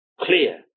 clear